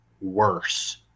worse